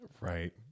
Right